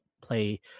play